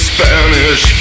Spanish